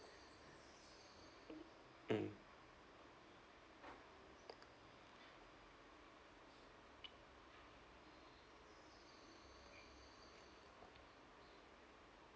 mm